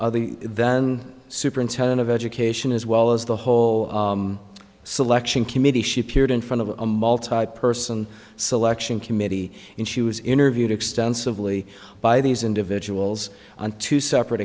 brown then superintendent of education as well as the whole selection committee she appeared in front of a multipurpose and selection committee and she was interviewed extensively by these individuals on two separate